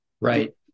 right